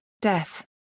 Death